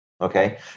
Okay